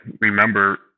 remember